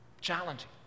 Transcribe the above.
challenging